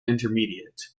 intermediate